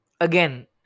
again